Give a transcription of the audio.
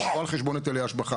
אז זה יבוא על חשבון היטלי השבחה.